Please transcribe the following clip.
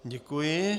Děkuji.